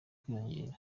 kwiyongera